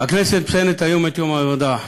הכנסת מציינת היום את יום המדע,